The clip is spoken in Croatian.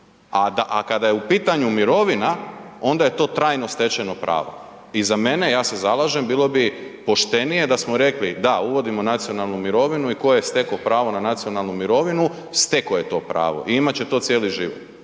a kada je u pitanju mirovina, onda je to trajno stečeno pravo i za mene, ja se zalažem, bilo bi poštenije da smo rekli da, uvodimo nacionalnu mirovinu i ko j stekao pravo na nacionalnu mirovinu, stekao je to pravo i imat će to cijeli život,